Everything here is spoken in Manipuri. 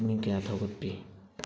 ꯄꯨꯛꯅꯤꯡ ꯀꯌꯥ ꯊꯧꯒꯠꯄꯤ